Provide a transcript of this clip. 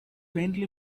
faintly